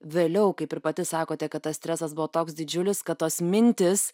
vėliau kaip ir pati sakote kad tas stresas buvo toks didžiulis kad tos mintys